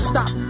Stop